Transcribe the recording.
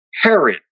Herod